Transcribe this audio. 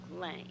Lane